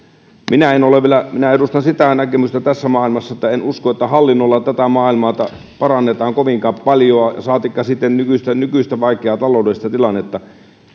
minä edustan sitä näkemystä tässä maailmassa että en usko että hallinnolla tätä maailmaa parannetaan kovinkaan paljoa saatikka sitten nykyistä nykyistä vaikeaa taloudellista tilannetta